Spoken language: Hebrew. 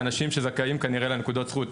האנשים שזכאים כנראה לנקודות זכות.